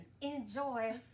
enjoy